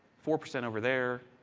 four percent over there.